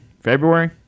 February